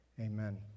Amen